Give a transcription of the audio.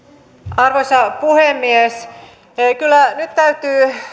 arvoisa puhemies nyt täytyy